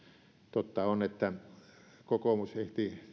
totta on että kokoomus ehti